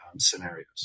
Scenarios